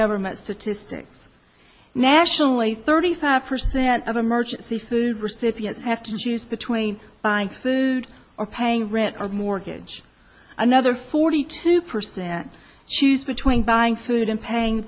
government statistics nationally thirty five percent of emergency food recipients have to choose between buying food or paying rent or mortgage another forty two percent shoes between buying food and paying